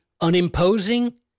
unimposing